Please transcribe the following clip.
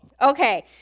Okay